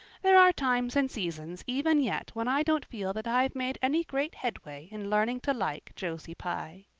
there are times and seasons even yet when i don't feel that i've made any great headway in learning to like josie pye!